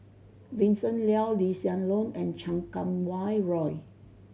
Vincent Leow Lee Hsien Loong and Chan Kum Wah Roy